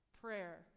Prayer